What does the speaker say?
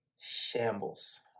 shambles